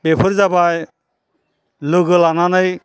बेफोर जाबाय लोगो लानानै